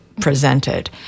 presented